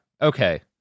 Okay